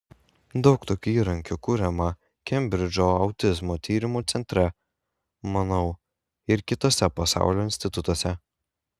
daug tokių įrankių kuriama kembridžo autizmo tyrimų centre manau ir kituose pasaulio institutuose